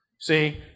See